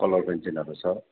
colour पेन्सिलहरू छ